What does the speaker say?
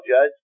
Judge